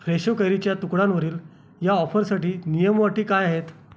Fresho कैरीच्या तुकड्यांवरील या ऑफरसाठी नियम व अटी काय आहेत